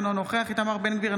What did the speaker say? אינו נוכח איתמר בן גביר,